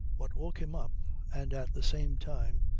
what woke him up and, at the same time,